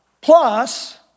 plus